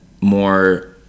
more